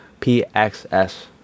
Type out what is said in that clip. pxs